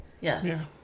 Yes